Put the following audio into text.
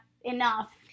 enough